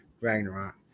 Ragnarok